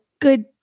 good